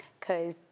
cause